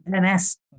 NS